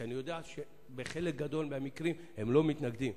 ואני יודע שבחלק גדול מהמקרים הם לא מתנגדים.